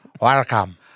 Welcome